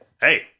hey